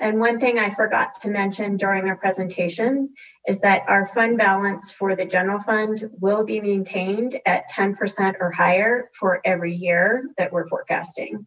and one thing i forgot to mention during your presentation is that our fund balance for the general fund will be maintained at ten percent or higher for every year that we're forecasting